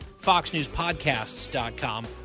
FoxNewsPodcasts.com